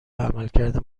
عملکرد